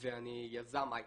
ואני יזם הייטק.